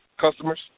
customers